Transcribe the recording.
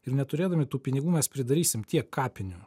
ir neturėdami tų pinigų mes pridarysim tiek kapinių